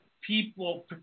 people